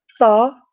saw